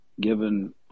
given